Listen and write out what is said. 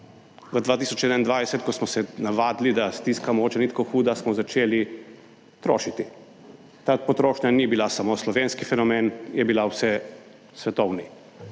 V 2021, ko smo se navadili, da stiska mogoče ni tako huda, smo začeli trošiti. Ta potrošnja ni bila samo slovenski fenomen, je bila vse svetovni.